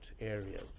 areas